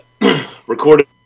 recorded